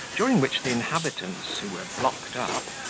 during which the inhabitants, who were blocked up,